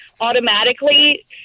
automatically